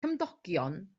cymdogion